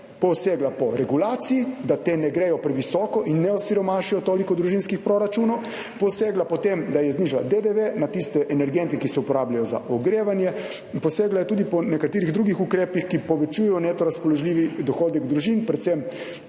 posegla po regulaciji, da te ne grejo previsoko in ne osiromašijo toliko družinskih proračunov, posegla po tem, da je znižala DDV na tiste energente, ki se uporabljajo za ogrevanje, posegla je tudi po nekaterih drugih ukrepih, ki povečujejo neto razpoložljivi dohodek družin, predvsem